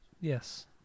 yes